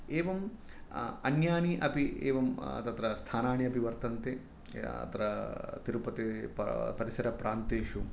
एवम् अन्यानि अपि एवं तत्र स्थानानि अपि वर्तन्ते अत्र तिरुपतिपर परिसरप्रान्तेषु